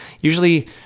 Usually